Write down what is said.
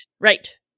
right